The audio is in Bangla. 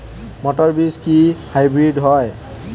মটর বীজ কি হাইব্রিড হয়?